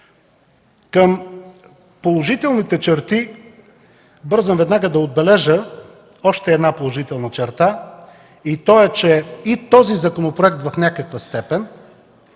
Към положителните черти бързам веднага да отбележа още една положителна черта и тя е, че и този законопроект в някаква степен,